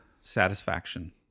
satisfaction